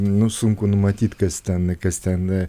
nu sunku numatyt kas ten kas ten